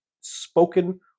spoken